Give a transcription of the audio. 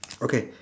okay